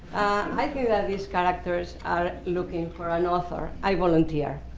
i think that these characters are looking for an author. i volunteer.